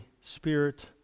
spirit